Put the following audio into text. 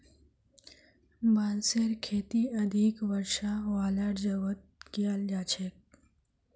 बांसेर खेती अधिक वर्षा वालार जगहत कियाल जा छेक